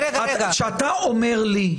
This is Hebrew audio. כשאתה אומר לי: